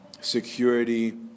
security